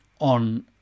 on